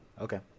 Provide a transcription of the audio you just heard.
Okay